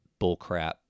bullcrap